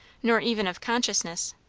nor even of consciousness.